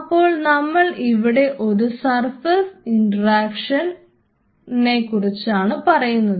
അപ്പോൾ നമ്മൾ ഇവിടെ ഒരു സർഫസ് ഇൻട്രാക്ഷനിനെ കുറിച്ചാണ് പറയുന്നത്